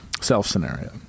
Self-scenario